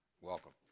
Welcome